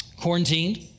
quarantined